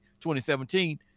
2017